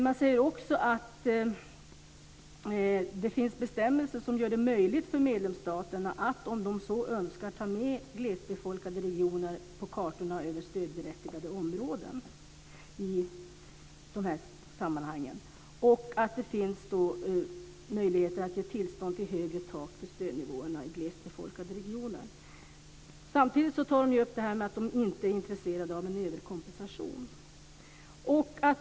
Man säger också att det finns bestämmelser som gör det möjligt för medlemsstaterna att om de så önskar ta med glesbefolkade regioner på kartorna över stödberättigade områden. Det finns möjligheter att ge tillstånd till högre tak för stödnivåerna i glest befolkade regioner. Samtidigt tar de upp att de inte är intresserade av en överkompensation.